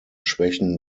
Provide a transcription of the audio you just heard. schwächen